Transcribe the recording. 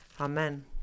Amen